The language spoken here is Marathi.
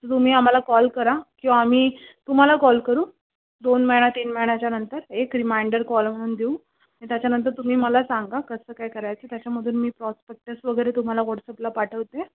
तर तुम्ही आम्हाला कॉल करा किंवा आम्ही तुम्हाला कॉल करू दोन मेणा तीन महिन्याच्या नंतर एक रिमायंडर कॉल म्हणून देऊ आणि त्याच्यानंतर तुम्ही मला सांगा कसं काय करायचं त्याच्यामध्ये मी प्रॉस्पेक्टस वगैरे तुम्हाला वॉट्सअपला पाठवते